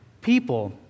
people